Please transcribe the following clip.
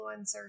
influencer